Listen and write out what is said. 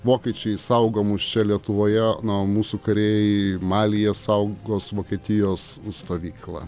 vokiečiai saugo mus čia lietuvoje na o mūsų kariai malyje saugos vokietijos stovyklą